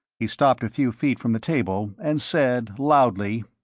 he stopped a few feet from the table, and said loudly,